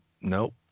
Nope